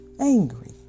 angry